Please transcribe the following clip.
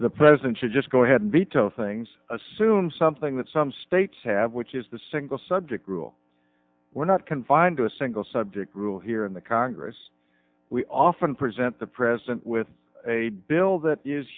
the president should just go ahead and veto things assume something that some states have which is the single subject rule we're not confined to a single subject rule here in the congress we often present the president with a bill that